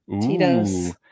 tito's